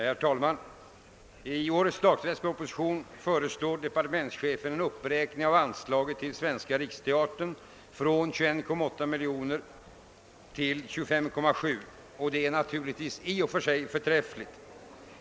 Herr talman! I årets statsverksproposition föreslår departementschefen en uppräkning av anslaget till Svenska riksteatern från 21,8 miljoner kronor till 25,7 miljoner. Detta är naturligtvis i och för sig förträffligt.